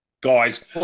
guys